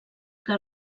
que